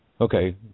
Okay